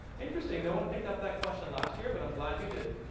interesting, no one picked up that question last year, but i'm glad you did.